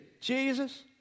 Jesus